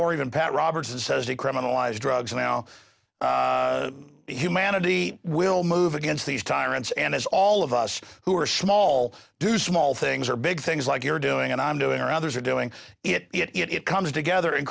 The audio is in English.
war even pat robertson says decriminalize drugs and now humanity will move against these tyrants and as all of us who are small do small things or big things like you're doing and i'm doing or others are doing it it comes together and